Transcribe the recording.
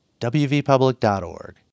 wvpublic.org